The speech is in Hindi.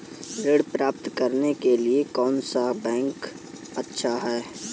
ऋण प्राप्त करने के लिए कौन सा बैंक अच्छा है?